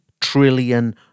trillion